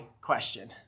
question